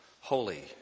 holy